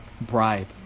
Bribe